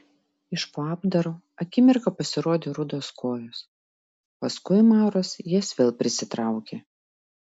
iš po apdaro akimirką pasirodė rudos kojos paskui mauras jas vėl prisitraukė